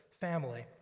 family